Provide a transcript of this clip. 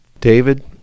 David